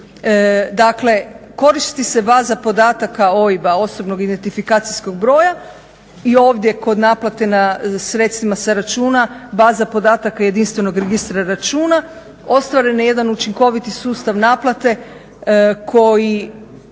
Dakle, koristi se baza podataka OIB-a, osobnog identifikacijskog broja i ovdje kod naplate na sredstvima se računa baza podataka jedinstvenog registra računa. Ostvaren je jedan učinkoviti sustav naplate koji